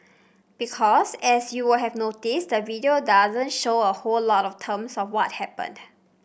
because as you would have noticed the video doesn't show a whole lot of terms of what happened